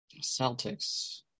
Celtics